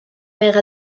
mère